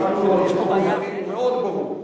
הוא מאוד ברור.